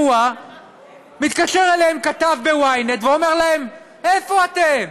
האירוע מתקשר אליהם כתב ynet ואומר להם: איפה אתם?